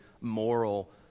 moral